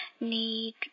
need